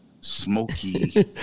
Smoky